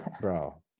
Bro